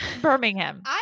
Birmingham